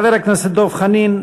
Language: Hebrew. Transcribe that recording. חבר הכנסת דב חנין,